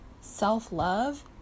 self-love